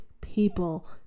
people